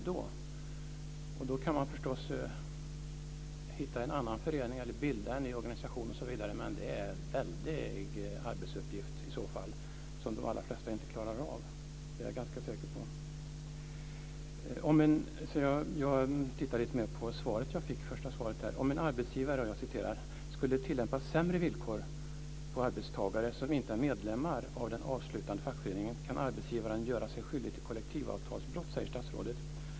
Då kan man förstås hitta en annan förening eller bilda en ny organisation, osv., men det är en väldig arbetsuppgift som de allra flesta inte klarar av. Det är jag ganska säker på. Jag tittar lite mer på det första svaret jag fick. "Om en arbetsgivare ... skulle tillämpa sämre villkor på arbetstagare som inte är medlemmar av den avtalsslutande fackföreningen kan arbetsgivaren göra sig skyldig till kollektivavtalsbrott", säger statsrådet.